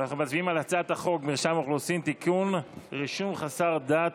על הצעת חוק מרשם אוכלוסין (תיקון, רישום חסר דת),